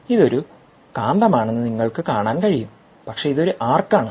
ഇത് ഒരു കാന്തമാണെന്ന് നിങ്ങൾക്ക് കാണാൻ കഴിയും പക്ഷേ ഇത് ഒരു ആർക്ക് ആണ്